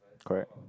correct